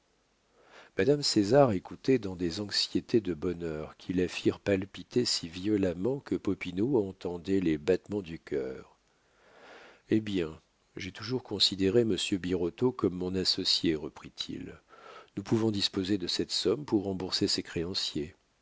madame césar écoutait dans des anxiétés de bonheur qui la firent palpiter si violemment que popinot entendait les battements du cœur eh bien j'ai toujours considéré monsieur birotteau comme mon associé reprit-il nous pouvons disposer de cette somme pour rembourser ses créanciers